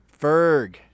Ferg